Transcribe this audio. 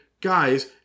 guys